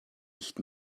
nicht